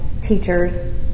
teachers